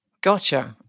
gotcha